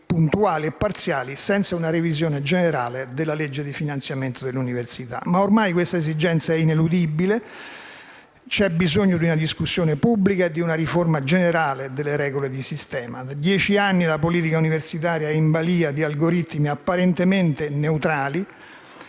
del decreto-legge, senza una revisione generale della legge di finanziamento dell'università. Ormai tale esigenza è ineludibile. È necessaria una discussione pubblica e una riforma generale delle regole del sistema. Da dieci anni la politica universitaria è in balia di algoritmi apparentemente neutrali,